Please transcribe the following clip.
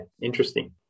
interesting